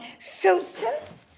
so since